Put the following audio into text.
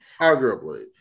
arguably